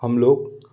हम लोग